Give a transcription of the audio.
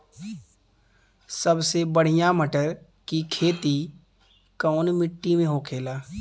सबसे बढ़ियां मटर की खेती कवन मिट्टी में होखेला?